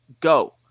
Go